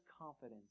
confidence